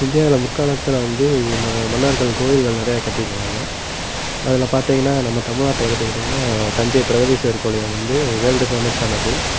இந்தியாவில் முற்காலத்தில் வந்து மன்னர்கள் கோவில்கள் நிறையா கட்டிருக்காங்க அதில் பார்த்தீங்கன்னா நம்ம தமிழ்நாட்ட எடுத்துக்கிட்டிங்கனா தஞ்சை பிரகதீஸ்வரர் கோவிலையும் வந்து வேர்ல்டு ஃபேமஸானது